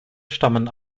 stammen